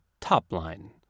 Topline